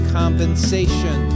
compensation